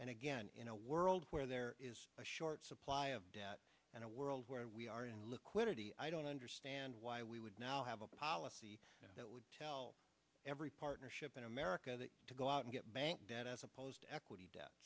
and again in a world where there is a short supply of debt and a world where we are in liquidity i don't understand why we would now have a policy that would tell every partnership in america that to go out and get bank debt as opposed to equity debt